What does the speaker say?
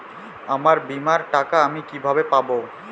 আমার বীমার টাকা আমি কিভাবে পাবো?